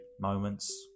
moments